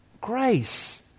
grace